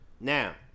Now